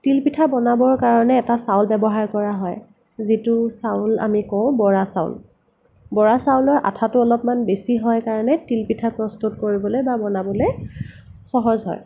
তিল পিঠা বনাবৰ কাৰণে এটা চাউল ব্যৱহাৰ কৰা হয় যিটো চাউল আমি কওঁ বৰা চাউল বৰা চাউলৰ আঠাটো অলপমান বেছি হয় কাৰণে তিল পিঠা প্ৰস্তুত কৰিবলৈ বা বনাবলৈ সহজ হয়